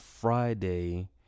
Friday